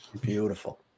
Beautiful